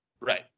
Right